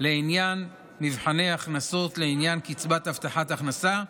לעניין מבחני הכנסות לעניין קצבת הבטחת הכנסה,